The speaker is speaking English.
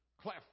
Cliff